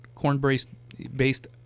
Corn-based